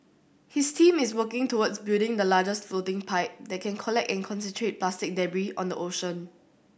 his team is working towards building the largest floating pipe that can collect and concentrate plastic debris on the ocean